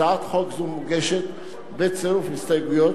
הצעת חוק זו מוגשת בצירוף הסתייגויות,